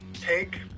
take